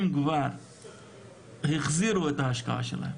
הם כבר החזירו את ההשקעה שלהם.